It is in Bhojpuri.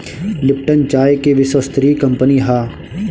लिप्टन चाय के विश्वस्तरीय कंपनी हअ